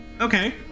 Okay